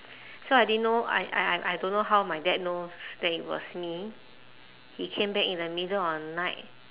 so I didn't know I I I I don't know how my dad knows that it was me he came back in the middle of night